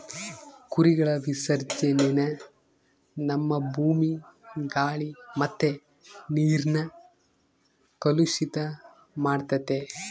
ಕುರಿಗಳ ವಿಸರ್ಜನೇನ ನಮ್ಮ ಭೂಮಿ, ಗಾಳಿ ಮತ್ತೆ ನೀರ್ನ ಕಲುಷಿತ ಮಾಡ್ತತೆ